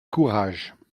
courage